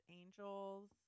angels